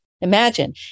Imagine